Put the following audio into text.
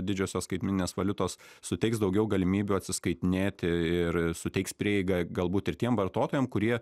didžiosios skaitmeninės valiutos suteiks daugiau galimybių atsiskaitinėti ir suteiks prieigą galbūt ir tiem vartotojam kurie